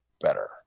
better